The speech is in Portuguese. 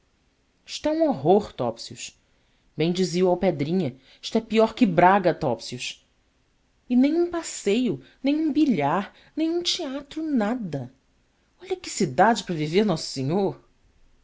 um horror topsius bem dizia o alpedrinha isto é pior que braga topsius e nem um passeio nem um bilhar nem um teatro nada olha que cidade para viver nosso senhor